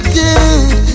good